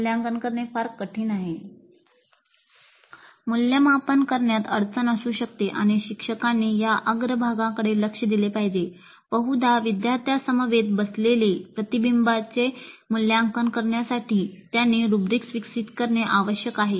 मूल्यमापन करण्यात अडचण असू शकते आणि शिक्षकांनी या अग्रभागाकडे लक्ष दिले पाहिजे बहुधा विद्यार्थ्यांसमवेत बसलेले प्रतिबिंबांचे मूल्यांकन करण्यासाठी त्यांनी रुब्रिक्स विकसित करणे आवश्यक आहे